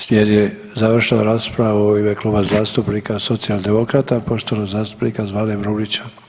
Slijedi završna rasprava u ime Kluba zastupnika Socijaldemokrata, poštovanog zastupnika Zvane Brumnića.